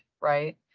right